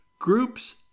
Groups